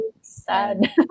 Sad